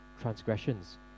transgressions